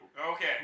Okay